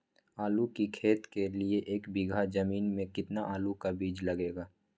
आलू की खेती के लिए एक बीघा जमीन में कितना आलू का बीज लगेगा?